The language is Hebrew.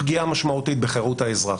פגיעה משמעותית בחירות האזרח.